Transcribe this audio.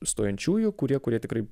stojančiųjų kurie kurie tikrai